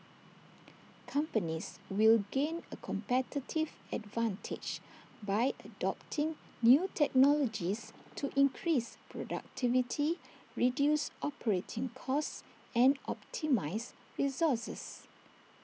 companies will gain A competitive advantage by adopting new technologies to increase productivity reduce operating costs and optimise resources